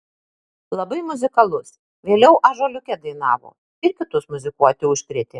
labai muzikalus vėliau ąžuoliuke dainavo ir kitus muzikuoti užkrėtė